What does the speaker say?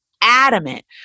adamant